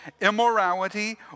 immorality